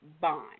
bond